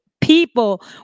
people